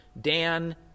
Dan